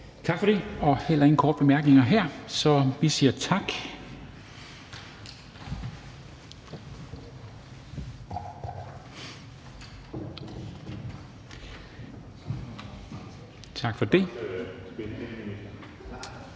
Tak for det. Der er heller ingen korte bemærkninger her, så vi siger tak til ordføreren.